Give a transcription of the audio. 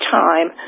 time